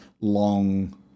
long